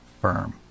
firm